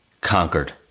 conquered